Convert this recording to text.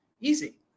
easy